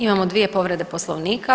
Imamo dvije povrede Poslovnika.